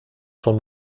schon